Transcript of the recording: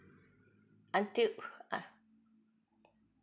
until